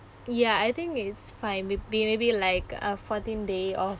ya I think it's fine with beb~ maybe like uh fourteen day of